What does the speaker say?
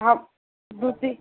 हम दू तीन